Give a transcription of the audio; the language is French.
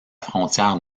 frontière